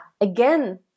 again